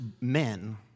men